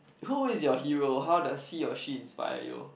who is your hero how does he or she inspire you